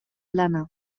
lana